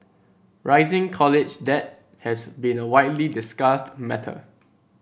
rising college debt has been a widely discussed matter